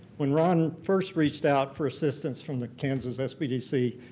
when ron first reached out for assistance from the kansas sbdc,